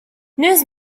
news